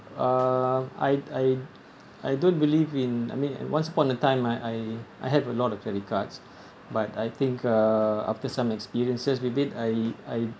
um I I I don't believe in I mean um once upon a time I I I have a lot of credit cards but I think uh after some experiences with it I I